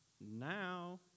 now